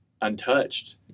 untouched